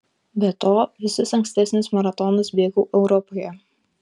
be to visus ankstesnius maratonus bėgau europoje